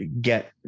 get